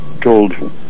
told